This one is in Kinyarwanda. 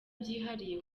byihariye